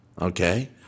Okay